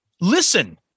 Listen